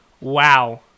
wow